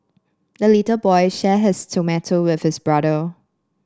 the little boy shared his tomato with his brother